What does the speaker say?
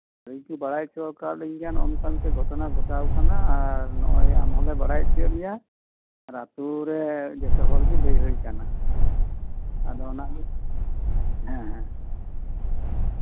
ᱟᱹᱞᱤᱧ ᱠᱚ ᱵᱟᱲᱟᱭ ᱦᱚᱪᱚᱣᱟᱠᱟᱫ ᱞᱤᱧ ᱜᱮᱭᱟ ᱱᱚᱝᱠᱟᱱ ᱢᱤᱫᱴᱮᱡ ᱜᱷᱚᱴᱚᱱᱟ ᱜᱷᱚᱴᱟᱣ ᱠᱟᱱᱟ ᱟᱨ ᱱᱚᱜᱼᱚᱭ ᱮᱢ ᱦᱚᱸᱞᱮ ᱵᱟᱰᱟᱭ ᱦᱚᱪᱚᱭᱮᱫ ᱢᱮᱭᱟ ᱟᱨ ᱟᱹᱛᱩ ᱨᱮᱱ ᱡᱚᱛᱚ ᱦᱚᱲ ᱜᱮ ᱞᱟᱹᱭ ᱦᱩᱭᱟᱠᱟᱱᱟ ᱟᱫᱚ ᱚᱱᱟᱜᱮ ᱦᱮᱸ ᱦᱮᱸ